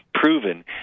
proven